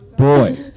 Boy